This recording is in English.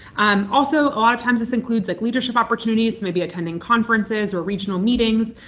um also a lot of times this includes like leadership opportunities maybe attending conferences or regional meetings